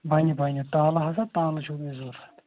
بَنہِ بَنہِ تالہٕ ہَسا تالہٕ چھو تۄہہِ ضروٗرت